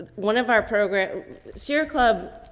one of our program sierra club.